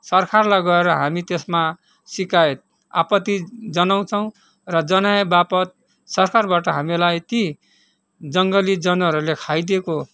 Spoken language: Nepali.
सरकारलाई गएर हामी त्यसमा सिकायत अपत्ति जनाउँछौँ र जनाएवापत् सरकारबाट हामीलाई ती जङ्गली जनावरहरूले खाइदिएको